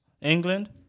England